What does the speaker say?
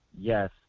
Yes